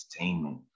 entertainment